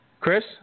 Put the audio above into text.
Chris